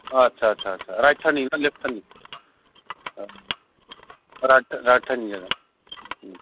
आच्चा आच्चा right turning ना लेफ्ट टार्निं ओं राइट टार्निं जागोन